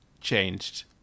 changed